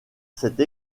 cette